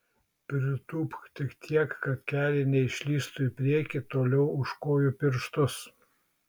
pritūpk tik tiek kad keliai neišlįstų į priekį toliau už kojų pirštus